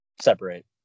Separate